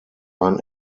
ein